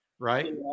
Right